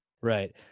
right